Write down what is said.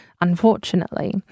unfortunately